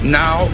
now